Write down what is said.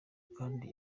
kandi